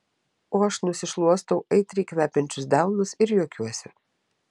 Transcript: o aš nusišluostau aitriai kvepiančius delnus ir juokiuosi